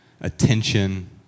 attention